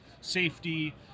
safety